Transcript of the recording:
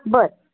बर